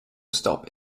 stop